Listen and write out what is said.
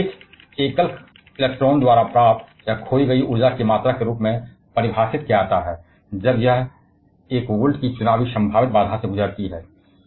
इसे एक एकल इलेक्ट्रॉन द्वारा प्राप्त या खोई गई ऊर्जा की मात्रा के रूप में परिभाषित किया जाता है क्योंकि यह एक वोल्ट की चुनावी संभावित बाधा से गुजरती है